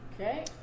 Okay